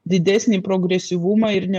didesnį progresyvumą ir ne